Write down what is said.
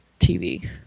TV